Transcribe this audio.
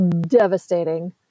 devastating